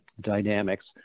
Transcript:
dynamics